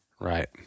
Right